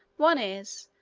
one is,